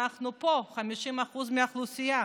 אנחנו פה, 50% מהאוכלוסייה.